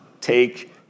take